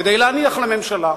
כדי להניח לממשלה,